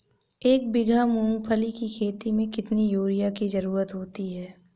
एक बीघा मूंगफली की खेती में कितनी यूरिया की ज़रुरत होती है?